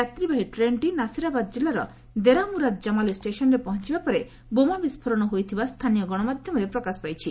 ଯାତ୍ରୀବାହୀ ଟ୍ରେନ୍ଟି ନାସିରାବାଦ କିଲ୍ଲାର ଦେରାମୁରାଦ୍ କମାଲି ଷ୍ଟେସନ୍ରେ ପହଞ୍ଚବା ପରେ ବୋମା ବିସ୍ଫୋରଣ ହୋଇଥିବା ସ୍ଥାନୀୟ ଗଣମାଧ୍ୟମରେ ପ୍ରକାଶ ପାଇଛି